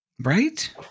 Right